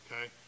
Okay